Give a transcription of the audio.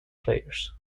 players